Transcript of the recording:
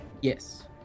Yes